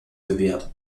bewährt